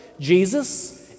Jesus